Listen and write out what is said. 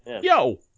yo